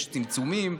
יש צמצומים,